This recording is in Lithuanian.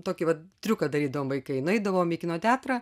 tokį vat triuką darydavom vaikai nueidavom į kino teatrą